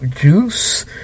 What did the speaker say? juice